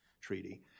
Treaty